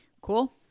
Cool